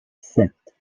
sept